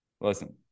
listen